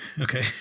Okay